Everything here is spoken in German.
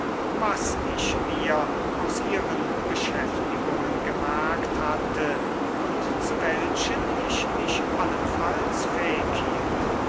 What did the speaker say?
was ich mir aus ihren beschäftigungen gemerkt hatte und zu welchen ich mich allenfalls fähig hielt